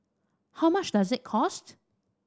how much does it cost